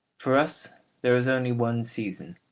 for us there is only one season,